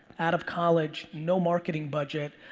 out of college, no marketing budget,